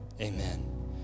Amen